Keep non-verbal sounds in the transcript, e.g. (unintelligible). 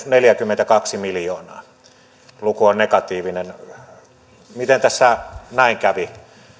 (unintelligible) neljäkymmentäkaksi miljoonaa luku on negatiivinen miten tässä näin kävi